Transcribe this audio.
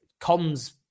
comms